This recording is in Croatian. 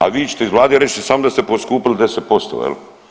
A vi ćete iz vlade reći samo da ste skupili 10% jel.